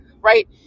right